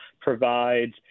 provides